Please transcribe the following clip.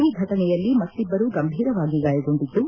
ಈ ಘಟನೆಯಲ್ಲಿ ಮತ್ತಿಬ್ಲರು ಗಂಭೀರವಾಗಿ ಗಾಯಗೊಂಡಿದ್ದು